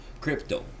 crypto